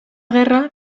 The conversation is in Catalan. guerra